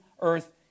earth